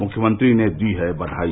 मुख्यमंत्री ने दी है बघाई